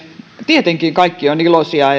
tietenkin kaikki ovat iloisia